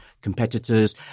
competitors